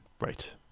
Right